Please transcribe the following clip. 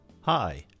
Hi